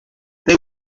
they